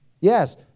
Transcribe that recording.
Yes